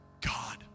God